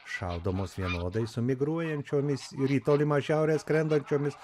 šaudomos vienodai su migruojančiomis ir į tolimą šiaurę skrendančiomis